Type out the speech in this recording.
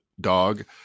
dog